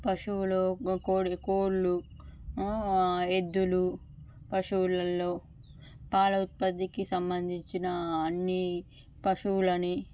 పశువులు కోడిద కోళ్ళు ఎద్దులు పశువులలో పాల ఉత్పత్తికి సంబంధించిన అన్ని పశువులని